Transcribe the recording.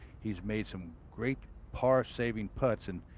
he's made some great par-saving putts and,